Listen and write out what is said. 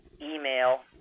email